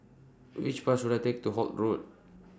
Which Bus should I Take to Holt Road